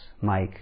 Mike